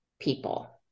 people